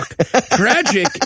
Tragic